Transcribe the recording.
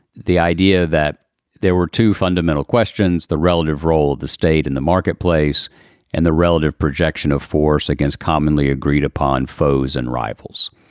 the idea that there were two fundamental questions, the relative role of the state in the marketplace and the relative projection of force against commonly agreed upon foes and rivals.